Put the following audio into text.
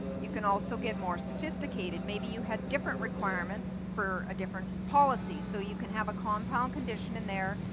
you can also get more sophistic ated. maybe you had different requirements for a different policy. so you can have a compound condition in there,